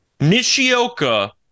Nishioka